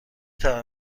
توانید